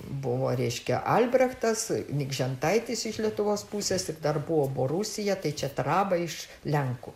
buvo reiškia albrechtas nikžentaitis iš lietuvos pusės ir dar buvo borusija tai čia traba iš lenkų